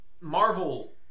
Marvel